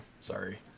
Sorry